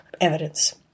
evidence